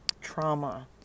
trauma